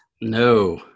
No